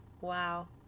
wow